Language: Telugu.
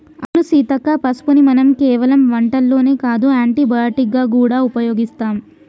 అవును సీత పసుపుని మనం కేవలం వంటల్లోనే కాదు యాంటీ బయటిక్ గా గూడా ఉపయోగిస్తాం